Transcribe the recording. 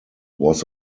was